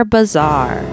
Bazaar